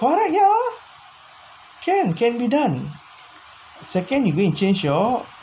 correct ya can can be done second you go and change your